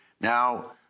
Now